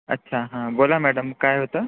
अच्छा हां बोला मॅडम काय होतं